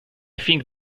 think